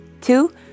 Two